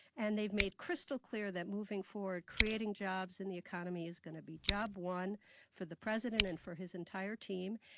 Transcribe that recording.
and they've made crystal clear that moving forward, creating jobs in the economy is going to be job one for the president and for his entire team.